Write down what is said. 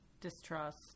Distrust